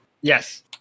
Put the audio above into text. Yes